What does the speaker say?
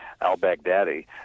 al-Baghdadi